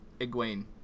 Egwene